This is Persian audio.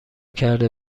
کرده